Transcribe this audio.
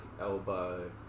elbow